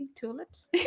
tulips